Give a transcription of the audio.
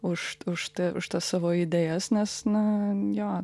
už už t už tas savo idėjas nes na jo